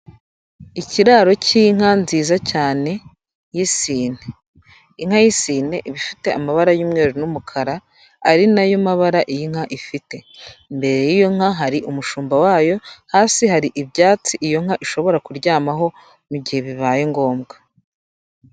Ikiraro cy'inka nziza cyane y'isine. Inka y'isine iba ifite amabara y'umweru n'umukara, ari na yo mabara iyi nka ifite. Imbere y'iyo nka hari umushumba wayo, hasi hari ibyatsi iyo nka ishobora kuryamaho mu gihe bibaye ngombwa.